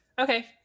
Okay